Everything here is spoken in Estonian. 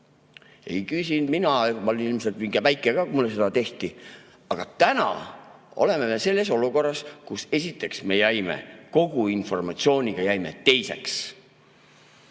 Ei küsinud mina midagi, ma olin ilmselt väike ka, kui mulle seda tehti. Aga täna oleme me selles olukorras, kus me, esiteks, jäime kogu informatsiooniga teiseks.